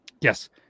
yes